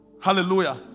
Hallelujah